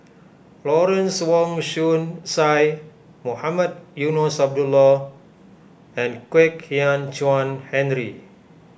Lawrence Wong Shyun Tsai Mohamed Eunos Abdullah and Kwek Hian Chuan Henry